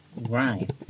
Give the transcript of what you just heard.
Right